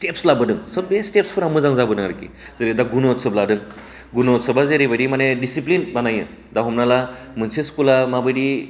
steps लाबोदों बे स्टेब्सफोरा मोजां जाबोदों आरखि जेरै दा गुन' उत्सव लादों गुन' उत्सव आ जेरैबायदि माने डिसिप्लिन बानायो दा हमना ला मोनसे स्कुला माबायदि